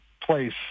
place